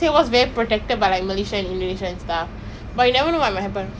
my my sister got say that time even if got earthquake also you won't wake up